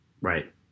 Right